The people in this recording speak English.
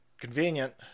Convenient